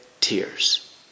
tears